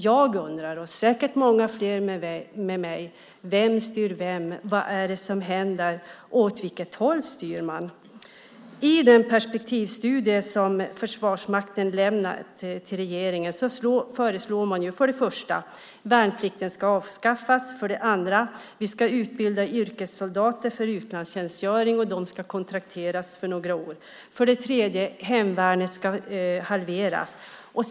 Jag undrar, och säkert många med mig: Vem styr vem, vad är det som händer och åt vilket håll styr man? I den perspektivstudie som Försvarsmakten har lämnat till regeringen föreslår man för det första att värnplikten ska avskaffas, för det andra att vi ska utbilda yrkessoldater för utlandstjänstgöring, och de ska kontrakteras för några år och för det tredje att hemvärnet ska halveras.